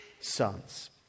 sons